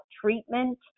treatment